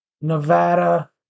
Nevada